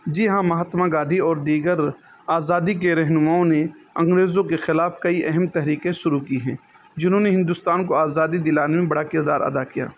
جی ہاں مہاتما گاندھی اور دیگر آزادی کے رہنماؤں نے انگریزوں کے خلاف کئی اہم تحریکیں شروع کی ہیں جنہوں نے ہندوستان کو آزادی دلانے میں بڑا کردار ادا کیا